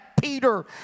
Peter